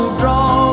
draw